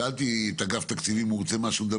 שאלתי את אגף תקציבים אם הוא רוצה להגיד